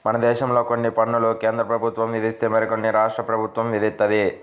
మనదేశంలో కొన్ని పన్నులు కేంద్రప్రభుత్వం విధిస్తే మరికొన్ని రాష్ట్ర ప్రభుత్వం విధిత్తది